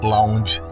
Lounge